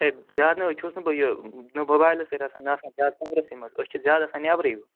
ہے زیادٕ نہ حظ چھُس نہٕ بہٕ یہِ موبایلَس سۭتۍ آسان مےٚ آسان زیادٕ کمرَسے مَنٛز أسۍ چھِ زیادٕ آسان نیبرے